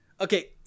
Okay